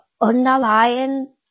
underlying